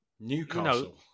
Newcastle